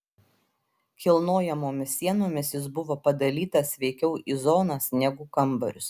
kilnojamomis sienomis jis buvo padalytas veikiau į zonas negu kambarius